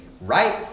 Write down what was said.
Right